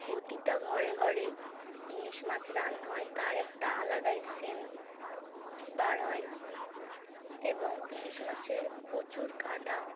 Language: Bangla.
প্রতিটা ঘরে ঘরে ইলিশ মাছ রান্না হয় তার একটা আলাদাই সেন্ট বার হয় এবং ইলিশ মাছে প্রচুর কাঁটা